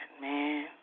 man